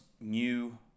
new